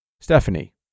Stephanie